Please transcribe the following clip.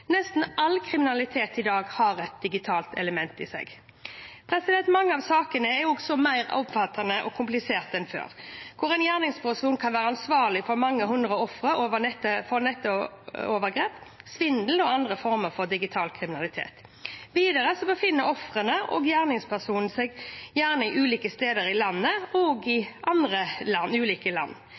Nesten all kriminalitet i dag har et digitalt element i seg. Mange av sakene er også mer omfattende og kompliserte enn før. En gjerningsperson kan være ansvarlig for mange hundre ofre for nettovergrep, svindel og andre former for digital kriminalitet. Videre befinner ofrene og gjerningspersonene seg gjerne på ulike steder i landet, også i ulike land.